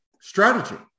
strategy